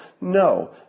No